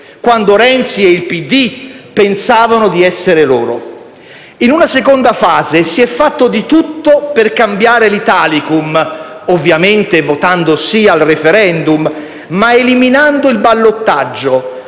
quando Renzi e il PD pensavano di essere loro. In una seconda fase si è fatto di tutto per cambiare l'Italicum - ovviamente votando sì al *referendum* - ma eliminando il ballottaggio,